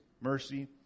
mercy